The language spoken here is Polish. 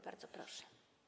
Bardzo proszę.